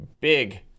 big